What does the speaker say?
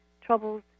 troubles